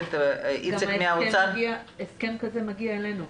שאם זה מהאוצר -- הסכם כזה מגיע אלינו.